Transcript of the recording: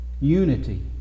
Unity